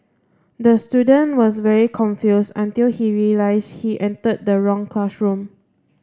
the student was very confuse until he realise he entered the wrong classroom